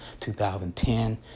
2010